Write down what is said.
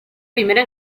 primera